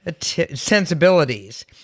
sensibilities